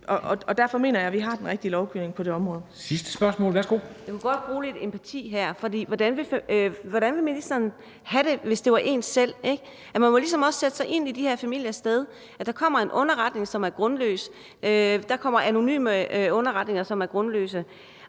Dam Kristensen): Sidste spørgsmål, værsgo. Kl. 13:20 Karina Adsbøl (DF): Jeg kunne godt bruge lidt empati her, for hvordan ville ministeren have det, hvis det var hende selv? Man må ligesom også sætte sig i de her familiers sted: Der kommer en underretning, som er grundløs; der kommer anonyme underretninger, som er grundløse.